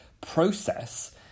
process